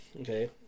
Okay